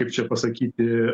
kaip čia pasakyti